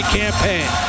campaign